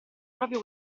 proprio